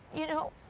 you know,